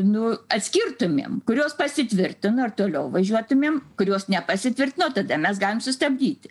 nu atskirtumėm kurios pasitvirtino ir toliau važiuotumėm kurios nepasitvirtino tada mes galim sustabdyti